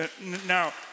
Now